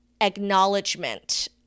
acknowledgement